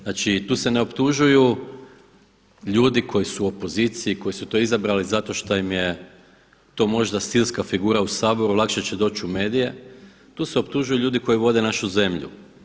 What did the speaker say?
Znači tu se ne optužuju ljudi koji su u opoziciji koji su to izabrali zato što im je to možda stilska figura u Saboru, lakše će doći u medije, tu se optužuju ljudi koji vode naše zemlju.